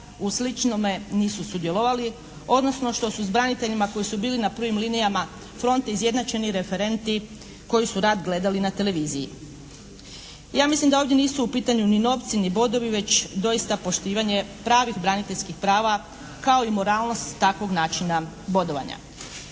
u sličnome nisu sudjelovali. Odnosno što su s braniteljima koji su bili na prvim linijama fronte izjednačeni referenti koji su rat gledali na televiziji. Ja mislim da ovdje nisu u pitanju ni novci ni bodovi već doista poštivanje pravih braniteljskih prava kao i moralnost takvog načina bodovanja.